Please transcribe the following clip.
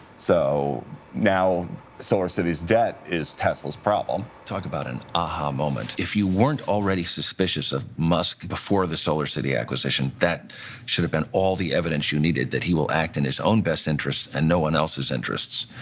so now solarcity's debt is tesla's problem talk about an aha moment. if you weren't already suspicious of musk before the solarcity acquisition, that should have been all the evidence you needed that he will act in his own best interest and no one else's interests.